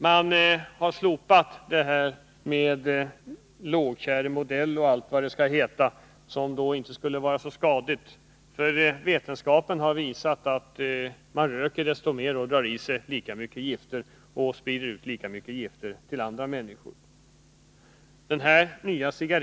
Man har slopat detta med lågtjäremodell och allt vad det heter, eftersom vetenskapen visat att man röker desto mer av sådana cigaretter och får i sig och sprider ut lika mycket gifter till andra människor ändå.